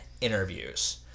interviews